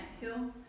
hill